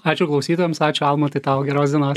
ačiū klausytojams ačiū almantai tau geros dienos